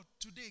today